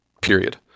period